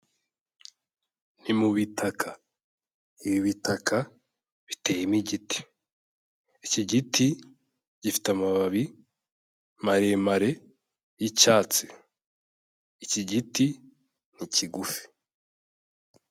Ni mu bitaka, ibi bitaka biteyemo igiti, iki giti gifite amababi maremare y'icyatsi, iki giti ni kigufi.